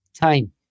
time